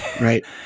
right